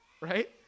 right